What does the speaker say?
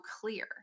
clear